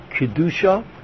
kedusha